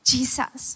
Jesus